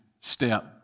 step